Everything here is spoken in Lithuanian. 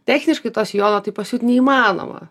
techniškai to sijono taip pasiūt neįmanoma